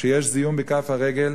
כשיש זיהום בכף הרגל,